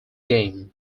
game